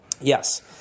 Yes